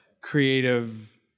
creative